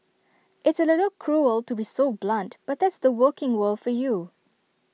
it's A little cruel to be so blunt but that's the working world for you